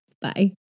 Bye